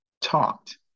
talked